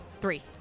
three